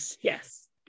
yes